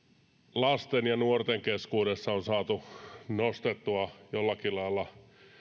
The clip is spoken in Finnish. lasten ja nuorten keskuudessa on saatu nostettua jollakin lailla